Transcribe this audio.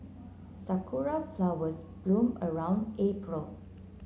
sakura flowers bloom around April